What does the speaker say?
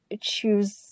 choose